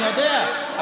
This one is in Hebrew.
אני יודע,